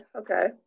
Okay